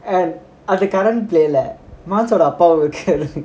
and அது:adhu current play ல மனசாவோட அப்பா ஓகே:la manasavoda appa okay